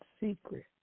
secret